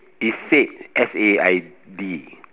is said S A I D